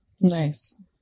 nice